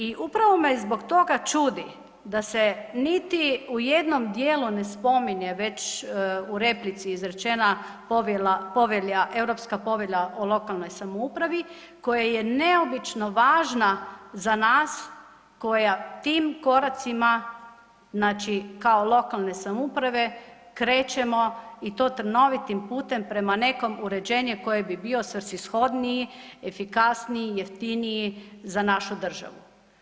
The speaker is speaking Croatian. I upravo me zbog toga čudi da se niti u jednom dijelu ne spominje već u replici izrečena povelja, Europska povelja o lokalnoj samoupravi koja je neobično važna za nas, koja tim koracima znači kao lokalne samouprave krećemo i to trnovitim putem prema nekom uređenju koje bi bio svrsishodniji, efikasniji, jeftiniji za našu državu.